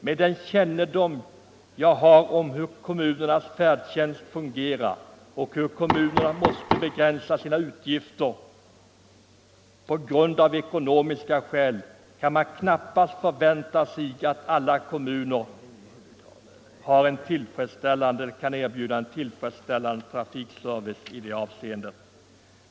Med den kännedom jag har om hur kommunernas färdtjänst fungerar och hur kommunerna måste begränsa sina utgifter av ekonomiska skäl anser jag att man knappast kan förvänta sig att alla kommuner skall kunna erbjuda tillfredsställande trafikservice.